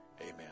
Amen